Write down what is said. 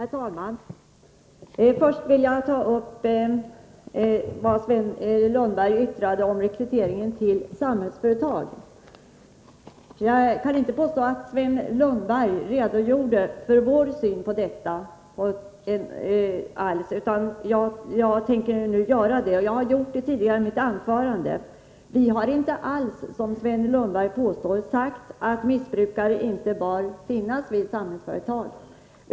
Herr talman! Jag vill börja med att ta upp vad Sven Lundberg yttrade om rekryteringen till Samhällsföretag. Jag kan inte påstå att Sven Lundberg alls redogjorde för vår syn på detta. Jag har gjort det tidigare i mitt anförande och vill upprepa hur vi ser på rekryteringen: Vi har inte alls, som Sven Lundberg sagt, hävdat att inte missbrukare bör finnas i Samhällsföretag.